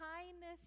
kindness